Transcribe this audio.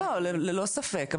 ללא ספק.